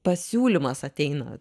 pasiūlymas ateina